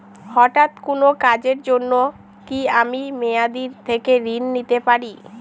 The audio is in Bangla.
হঠাৎ কোন কাজের জন্য কি আমি মেয়াদী থেকে ঋণ নিতে পারি?